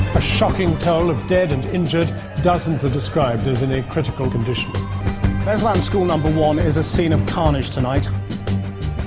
a shocking toll of dead and injured dozens are described as in a critical condition bears lanschool number one is a scene of carnage tonight um